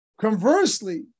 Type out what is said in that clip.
Conversely